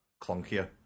clunkier